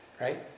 right